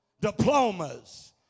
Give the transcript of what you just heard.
diplomas